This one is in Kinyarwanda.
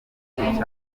cyane